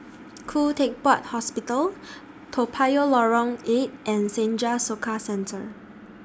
Khoo Teck Puat Hospital Toa Payoh Lorong eight and Senja Soka Centre